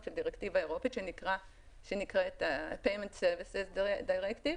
של דירקטיבה אירופית שנקראת Payment Services Directive,